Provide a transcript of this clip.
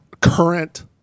current